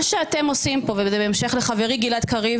מה שאתם עושים פה , וזה בהמשך לחברי גלעד קריב